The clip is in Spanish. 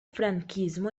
franquismo